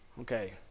Okay